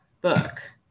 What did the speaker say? book